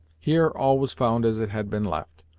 here all was found as it had been left,